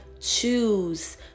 choose